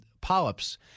polyps